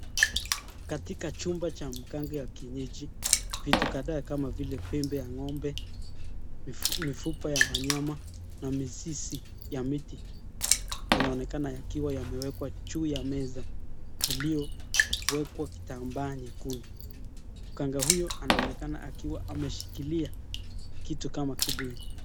Katika chumba ya mganga ya kienyeji vitu kadhaa kama vile pembe ya ng'ombe mifupa ya wanyama na mizizi ya miti yanaonekana yamewekwa juu ya meza iliyo wekwa kitambaa nyekundu . Mganga huyu anaonekana akiwa ameshikilia kitu kama kibuyu.